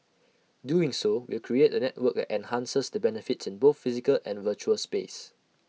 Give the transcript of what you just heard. doing so will create A network that enhances the benefits in both physical and virtual space